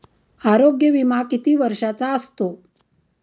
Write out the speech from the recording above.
आरोग्य विमा किती वर्षांचा असतो?